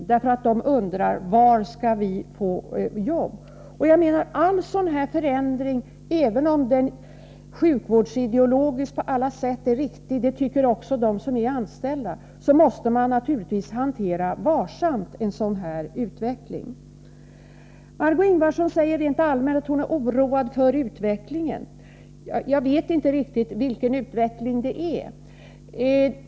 De undrar var de skall få jobb. All sådan här förändring, även om den sjukvårdsideologiskt på alla sätt är riktig också enligt de anställdas mening, måste naturligtvis hanteras varsamt. Jag vet inte riktigt vilken utveckling hon menar.